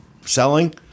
selling